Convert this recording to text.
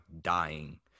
dying